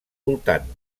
voltant